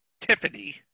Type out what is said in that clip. Tiffany